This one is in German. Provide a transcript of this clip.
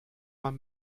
man